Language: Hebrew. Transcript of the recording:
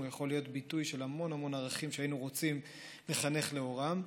יכול להיות ביטוי של המון המון ערכים שהיינו רוצים לחנך לאורם.